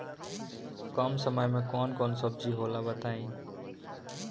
कम समय में कौन कौन सब्जी होला बताई?